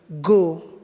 go